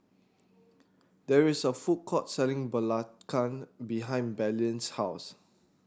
there is a food court selling Belacan behind Belen's house